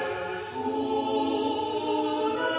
må